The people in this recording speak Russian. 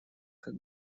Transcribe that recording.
как